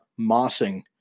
mossing